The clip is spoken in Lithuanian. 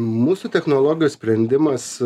mūsų technologijos sprendimas